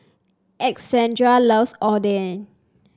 Alexandria loves Oden